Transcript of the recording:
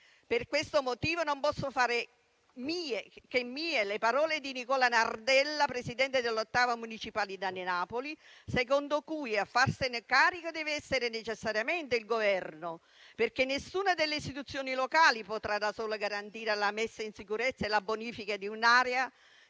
Per questo motivo, non posso che fare mie le parole di Nicola Nardella, presidente dell'ottava municipalità di Napoli, secondo cui a farsene carico deve essere necessariamente il Governo, perché nessuna delle istituzioni locali potrà da sola garantire la messa in sicurezza e la bonifica di un'area che